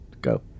Go